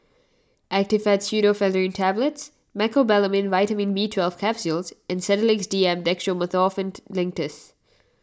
Actifed Pseudoephedrine Tablets Mecobalamin Vitamin B Twelve Capsules and Sedilix D M Dextromethorphan Linctus